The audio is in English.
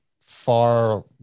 far